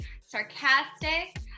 sarcastic